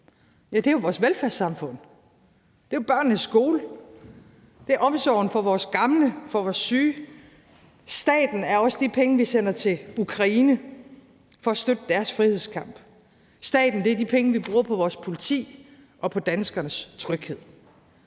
Det er jo vores velfærdssamfund; det er jo børnenes skole; det er omsorgen for vores gamle og vores syge; staten er også de penge, vi sender til Ukraine for at støtte deres frihedskamp; staten er de penge, vi bruger på vores politi og på danskernes tryghed;